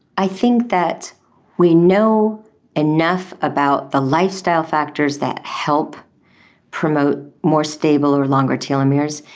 i think that we know enough about the lifestyle factors that help promote more stable or longer telomeres,